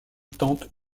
tente